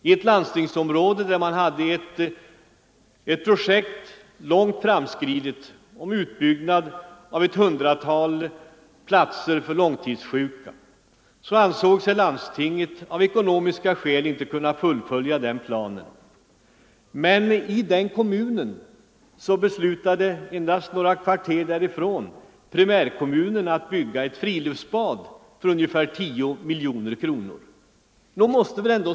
I ett landstingsområde, där man hade ett långt framskridet projekt om utbyggnad av ett hundratal platser för långtidssjuka, ansåg sig landstinget av ekonomiska skäl inte kunna fullfölja den planen. Men endast några kvarter därifrån beslutade primärkommunen att bygga ett friluftsbad för ungefär 10 miljoner kronor.